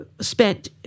spent